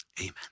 amen